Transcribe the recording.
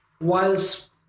whilst